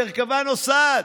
המרכבה נוסעת.